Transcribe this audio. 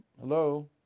Hello